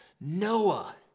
Noah